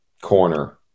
corner